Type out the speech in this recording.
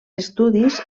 estudis